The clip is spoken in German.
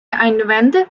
einwände